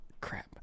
crap